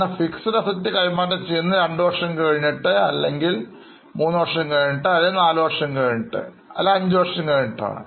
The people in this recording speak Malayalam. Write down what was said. എന്നാൽ Fixed Assets കൈമാറ്റം ചെയ്യുന്നത് രണ്ടുവർഷം കഴിഞ്ഞിട്ട്അല്ലെങ്കിൽ ഇൽ മൂന്നുവർഷം കഴിഞ്ഞിട്ട് അല്ലെങ്കിൽ നാലുവർഷം കഴിഞ്ഞിട്ട് അല്ലെങ്കിൽഅഞ്ചു വർഷം കഴിഞ്ഞിട്ടാണ്